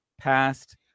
past